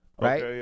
Right